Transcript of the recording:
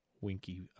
winky